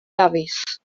dafis